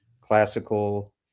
classical